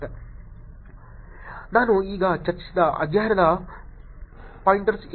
ನಾನು ಈಗ ಚರ್ಚಿಸಿದ ಅಧ್ಯಯನದ ಪಾಯಿಂಟರ್ಸ್ ಇಲ್ಲಿವೆ